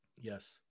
Yes